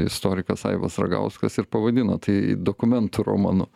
istorikas aivas ragauskas ir pavadino tai dokumentų romanu